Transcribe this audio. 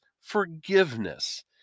forgiveness